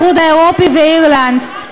האיחוד האירופי ואירלנד,